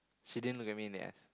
she didn't look at me in theirs